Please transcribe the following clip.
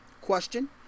Question